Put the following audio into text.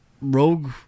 rogue